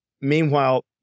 meanwhile